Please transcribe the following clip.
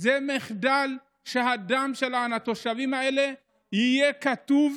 זה מחדל שהדם של התושבים האלה יהיה כתוב,